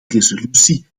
resolutie